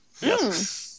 Yes